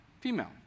female